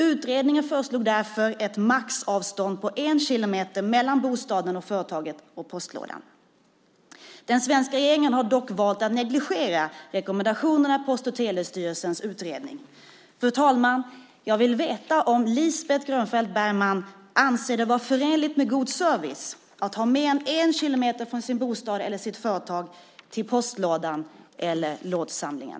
Utredningen föreslog därför ett maxavstånd på en kilometer mellan bostaden eller företaget och postlådan. Den svenska regeringen har dock valt att negligera rekommendationerna i Post och telestyrelsens utredning. Fru talman! Jag vill veta om Lisbeth Grönfeldt Bergman anser det vara förenligt med god service att ha mer än en kilometer från sin bostad eller sitt företag till postlådan eller lådsamlingen.